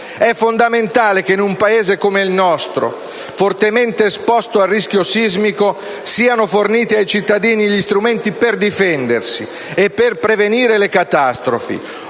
È fondamentale che in un Paese come il nostro, fortemente esposto al rischio sismico, siano forniti ai cittadini gli strumenti per difendersi e per prevenire le catastrofi,